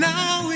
Now